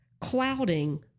clouding